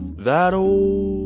that old